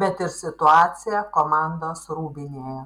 bet ir situacija komandos rūbinėje